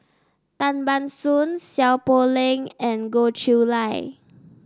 Tan Ban Soon Seow Poh Leng and Goh Chiew Lye